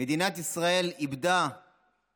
במדינת ישראל נרצחו